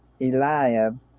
Eliab